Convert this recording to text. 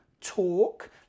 talk